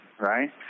right